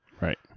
Right